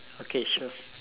okay sure